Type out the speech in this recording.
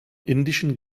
indischen